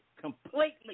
completely